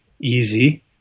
easy